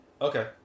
Okay